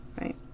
Right